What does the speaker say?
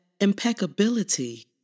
impeccability